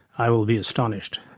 i will be astonished.